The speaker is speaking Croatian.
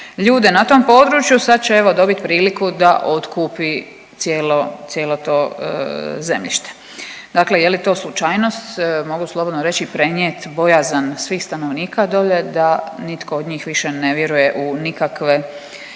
ljude na tom području, sad će evo, dobit priliku da otkupi cijelo, cijelo to zemljište. Dakle, je li to slučajnost, mogu slobodno reći i prenijeti bojazan svih stanovnika dolje da nitko od njih više ne vjeruje u nikakve